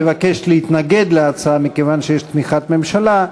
מבקש להתנגד להצעה, מכיוון שיש תמיכת ממשלה,